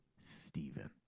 Stephen